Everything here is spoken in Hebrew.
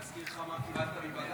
להזכיר לך מה קיבלת מבג"ץ?